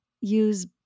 use